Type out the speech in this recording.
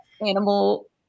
animal